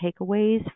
takeaways